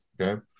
okay